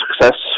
success